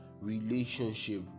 relationship